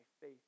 faith